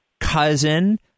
cousin